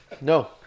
No